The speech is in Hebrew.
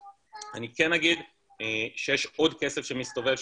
אני כן אגיד שיש עוד כסף שמסתובב,